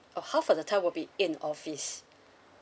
orh half of the time will be in office